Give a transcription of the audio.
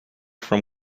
from